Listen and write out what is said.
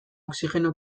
oxigeno